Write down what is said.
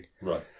Right